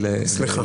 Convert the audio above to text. אליו,